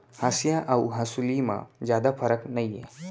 हँसिया अउ हँसुली म जादा फरक नइये